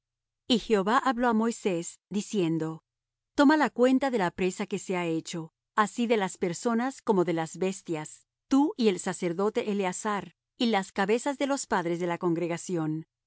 y jehová habló á moisés diciendo toma la cuenta de la presa que se ha hecho así de las personas como de las bestias tú y el sacerdote eleazar y las cabezas de los padres de la congregación y